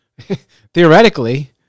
theoretically